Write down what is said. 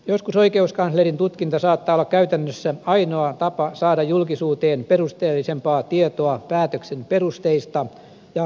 joskus oikeuskanslerin tutkinta saattaa olla käytännössä ainoa tapa saada julkisuuteen perusteellisempaa tietoa päätöksen perusteista ja valmisteluprosessista